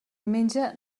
menja